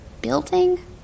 building